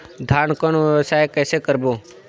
धान कौन व्यवसाय कइसे करबो?